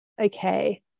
okay